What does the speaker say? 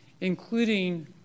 including